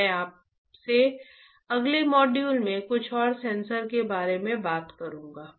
मैं आपसे अगले मॉड्यूल में कुछ और सेंसरों के बारे में बात करूंगा